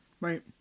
Right